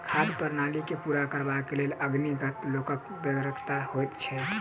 खाद्य प्रणाली के पूरा करबाक लेल अनगिनत लोकक बेगरता होइत छै